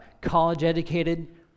college-educated